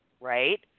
right